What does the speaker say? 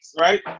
right